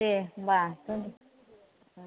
दे होमबा